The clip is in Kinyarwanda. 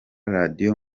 radio